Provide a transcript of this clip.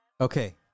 Okay